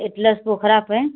Atlas Pokhara पर